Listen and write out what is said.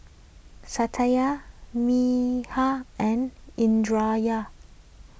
Satya and